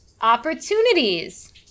Opportunities